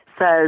says